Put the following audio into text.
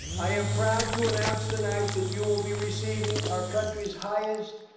i am proud to announce tonight that you will be receiving our country's highest